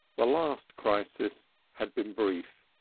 the last crisis had been brief,